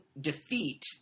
defeat